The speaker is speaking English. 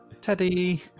teddy